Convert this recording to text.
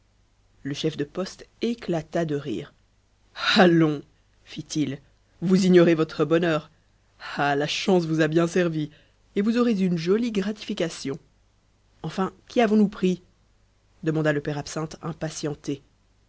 le chef de poste éclata de rire allons fit-il vous ignorez votre bonheur ah la chance vous a bien servis et vous aurez une jolie gratification enfin qui avons-nous pris demanda le père absinthe impatienté